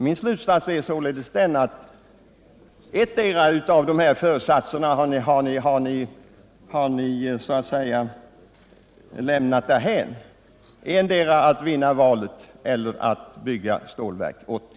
Min slutsats är således att ni har lämnat endera av föresatserna därhän: antingen att ni vinner valet eller att ni kan bygga Stålverk 80.